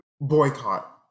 Boycott